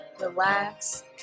relax